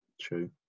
True